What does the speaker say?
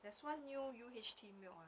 there's one new U_H_T milk ah